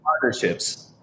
Partnerships